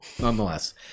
nonetheless